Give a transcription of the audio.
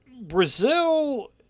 Brazil